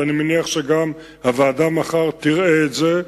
ואני מניח שגם הוועדה מחר תראה את זה,